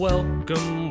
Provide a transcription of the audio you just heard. Welcome